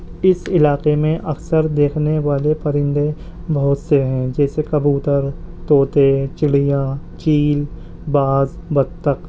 اس علاقے میں اکثر دیکھنے والے پرندے بہت سے ہیں جیسے کبوتر طوطے چڑیاں چیل باز بطخ